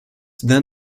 then